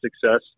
success